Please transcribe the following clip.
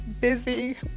busy